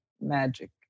magic